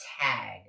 Tag